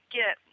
get